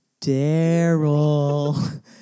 Daryl